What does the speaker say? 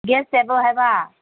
gas table ꯍꯥꯏꯕ